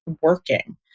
working